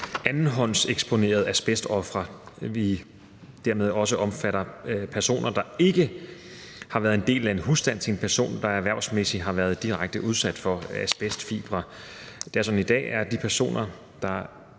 andenhåndseksponerede asbestofre, så den dermed også omfatter personer, der ikke har været en del af en husstand til en person, der erhvervsmæssigt har været direkte udsat for asbestfibre. I dag har personer, der